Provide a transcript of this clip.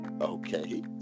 Okay